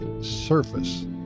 surface